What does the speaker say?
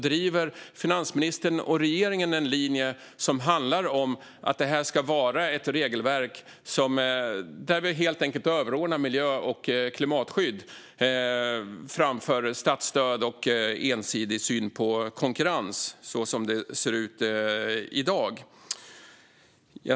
Driver finansministern och regeringen linjen att det ska vara ett regelverk där miljö och klimatskydd överordnas statsstöd och ensidig syn på konkurrens, som det ser ut i dag?